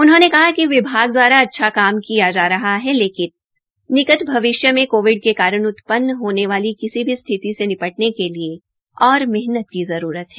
उन्होंने कहा कि विभाग द्वारा अच्छा काम किया जा रहा है लेकिन निकट भविष्य में कोविड के कारण उत्पन होने वाली किसी भी स्थिति से निपटने के लिए और मेहनत की जरूरत है